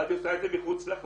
ואז היא עושה את זה מחוץ לחוק.